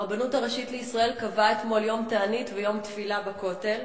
הרבנות הראשית לישראל קבעה אתמול יום תענית ויום תפילה בכותל,